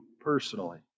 personally